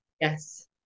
Yes